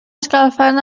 escalfant